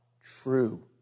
true